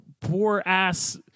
poor-ass –